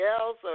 else